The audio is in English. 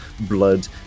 blood